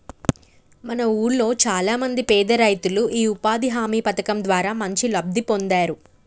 మా వూళ్ళో చానా మంది పేదరైతులు యీ ఉపాధి హామీ పథకం ద్వారా మంచి లబ్ధి పొందేరు